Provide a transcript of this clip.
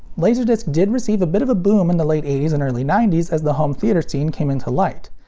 laserdisc did receive a bit of a boom in the late eighty s and early ninety s as the home theater scene came into light.